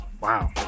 wow